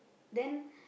then